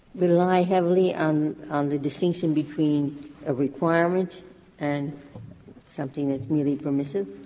rely heavily on on the distinction between a requirement and something that's merely permissive?